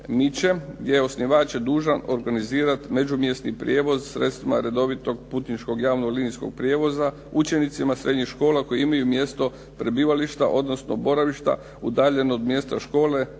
gdje je osnivač dužan organizirati međumjesni prijevoz sredstvima redovitog putničkog javnog linijskog prijevoza učenicima srednjih škola koji imaju mjesto prebivališta odnosno boravišta udaljeno od mjesta škole